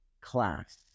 class